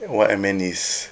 what I meant is